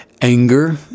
anger